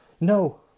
No